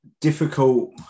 difficult